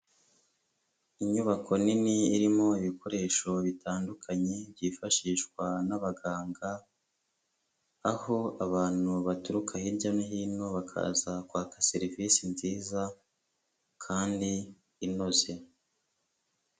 Inyubako nini irimo ibikoresho bitandukanye byifashishwa n'abaganga, aho abantu baturuka hirya no hino bakaza kwaka serivisi nziza kandi inoze.